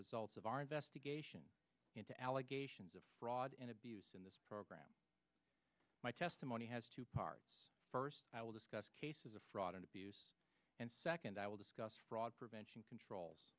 results of our investigation into allegations of fraud and abuse in this program my testimony has two parts first i will discuss cases of fraud and abuse and second i will discuss fraud prevention controls